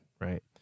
right